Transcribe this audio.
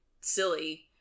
silly